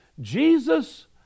Jesus